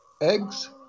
Eggs